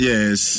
Yes